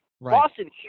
Boston